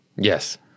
Yes